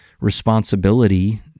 responsibility